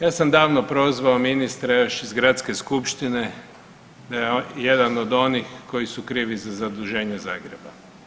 Ja sam davno prozvao ministra još iz gradske skupštine da je jedan od onih koji su krivi za zaduženje Zagreba.